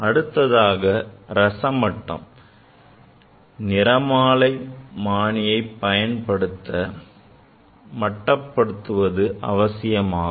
அடுத்ததாக ரசமட்டம் நிறமாலைமானி மட்டப்படுத்த அவசியமானதாகும்